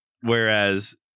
whereas